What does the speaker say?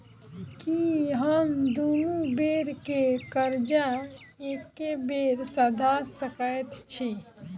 की हम दुनू बेर केँ कर्जा एके बेर सधा सकैत छी?